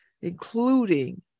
including